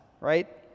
Right